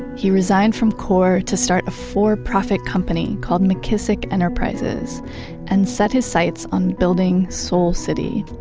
he resigned from core to start a for-profit company called mckissick enterprises and set his sights on building soul city.